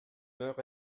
nord